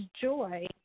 joy